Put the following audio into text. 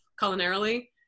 culinarily